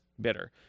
bitter